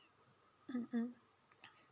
mmhmm